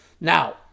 Now